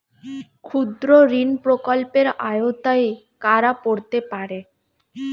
ক্ষুদ্রঋণ প্রকল্পের আওতায় কারা পড়তে পারে?